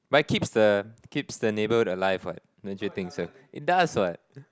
but it keeps the keeps the neighbourhood alive what don't you think so it does what